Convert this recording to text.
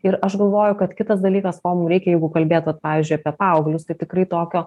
ir aš galvoju kad kitas dalykas ko mum reikia jeigu kalbėt vat pavyzdžiui apie paauglius tai tikrai tokio